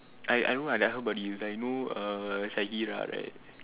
I I I know err Shaheera right